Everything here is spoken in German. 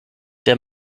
der